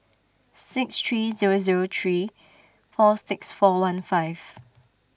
six three zero zero three four six four one five